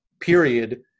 period